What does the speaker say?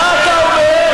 מה אתה אומר?